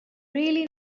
really